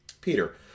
Peter